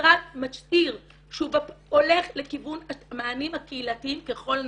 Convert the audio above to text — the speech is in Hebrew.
המשרד מצהיר שהוא הולך לכיוון המענים הקהילתיים ככל הניתן.